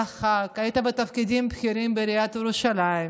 אתה ח"כ, היית בתפקידים בכירים בעיריית ירושלים.